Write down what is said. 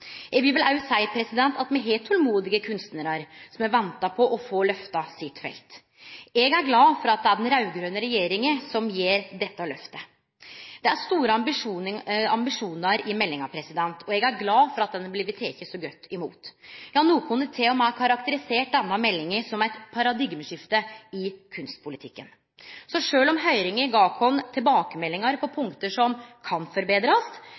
Eg vil vel òg seie at me har tolmodige kunstnarar, som har venta på å få lyft sitt felt. Eg er glad for at det er den raud-grøne regjeringa som gjer dette lyftet. Det er store ambisjonar i meldinga, og eg er glad for at ho har blitt teken så godt imot. Ja, nokon har til og med karakterisert denne meldinga som eit paradigmeskifte i kunstpolitikken. Sjølv om høyringa gav oss tilbakemeldingar på punkt som kan forbetrast,